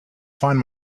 find